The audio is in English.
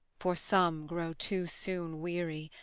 for some grow too soon weary,